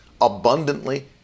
abundantly